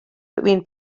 between